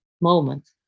moment